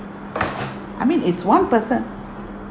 I mean it's one person